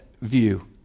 view